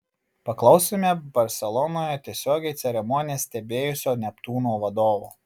paklausėme barselonoje tiesiogiai ceremoniją stebėjusio neptūno vadovo